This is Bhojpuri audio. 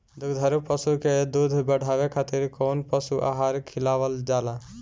दुग्धारू पशु के दुध बढ़ावे खातिर कौन पशु आहार खिलावल जाले?